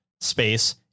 space